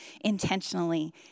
intentionally